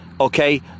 okay